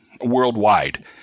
worldwide